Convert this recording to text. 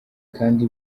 kandi